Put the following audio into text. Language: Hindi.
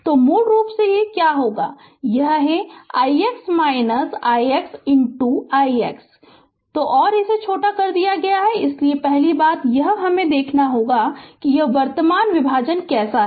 तो मूल रूप से क्या होगा और यह है ix ix ix ' तो और इसे छोटा कर दिया गया है इसलिए पहली बात यह है कि यह देखना होगा कि यह वर्तमान विभाजन कैसा है